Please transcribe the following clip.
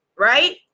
right